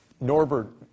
Norbert